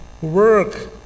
work